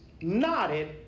nodded